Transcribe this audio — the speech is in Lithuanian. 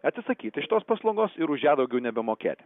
atsisakyti šitos paslaugos ir už ją daugiau nebemokėti